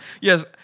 Yes